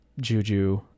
juju